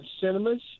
Cinemas